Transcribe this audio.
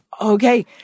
okay